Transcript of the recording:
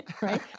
right